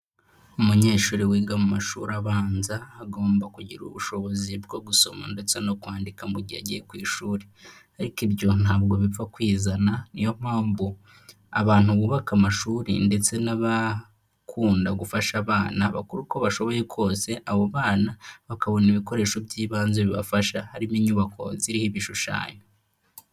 Umunyeshuri wiga mu mashuri abanza agomba kugira ubushobozi bwo gusoma ndetse no kwandika mu gihe agiye ku ishuri ariko ibyo ntabwo bipfa kwizana niyo mpamvu abantu bubaka amashuri ndetse n'abakunda gufasha abana bakora uko bashoboye kose abo bana bakabona ibikoresho by'ibanze bibafasha harimo inyubako ziriho ibishushanyo.